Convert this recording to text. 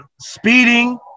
Speeding